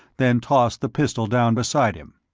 then tossed the pistol down beside him.